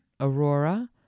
Aurora